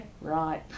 right